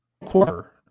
quarter